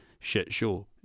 shitshow